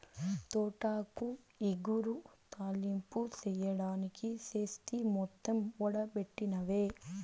తోటాకు ఇగురు, తాలింపు చెయ్యడానికి తెస్తి మొత్తం ఓడబెట్టినవే